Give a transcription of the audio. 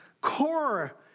core